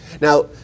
Now